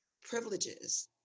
privileges